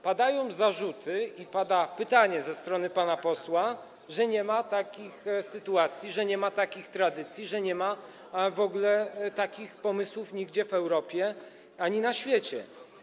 Padają zarzuty, i pada pytanie ze strony pana posła, że nie ma takich sytuacji, że nie ma takich tradycji, że nie ma w ogóle takich pomysłów nigdzie w Europie ani na świecie.